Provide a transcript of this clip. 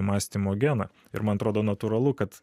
mąstymo geną ir man atrodo natūralu kad